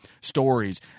stories